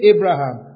Abraham